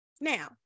Now